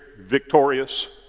victorious